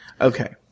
Okay